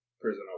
prison